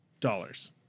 dollars